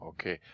Okay